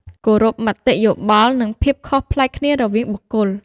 គោរពមតិយោបល់ និងភាពខុសប្លែកគ្នារវាងបុគ្គល។